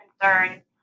concerns